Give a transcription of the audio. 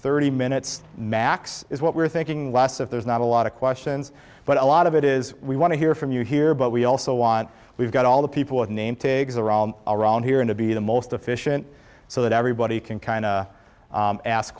thirty minutes max is what we're thinking last if there's not a lot of questions but a lot of it is we want to hear from you here but we also want we've got all the people with a name tags are all around here and to be the most efficient so that everybody can kind of